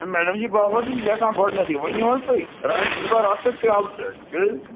madam ji بہٕ ہسا چھُس لیٚکھان گۄڈٕنیٚتھ یہِ ؤنِو حظ تُہۍ رایِس کُکر اکھ تہٕ پیالہٕ سیٚٹ